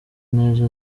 neza